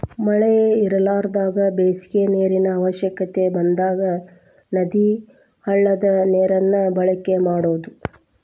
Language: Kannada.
ಮಳಿ ಇರಲಾರದಾಗ ಬೆಳಿಗೆ ನೇರಿನ ಅವಶ್ಯಕತೆ ಬಂದಾಗ ನದಿ, ಹಳ್ಳದ ನೇರನ್ನ ಬಳಕೆ ಮಾಡುದು